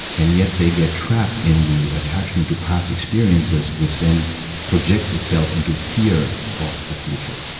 and yet they get trapped in the attachment to past experiences, which then projects itself into fear of the future.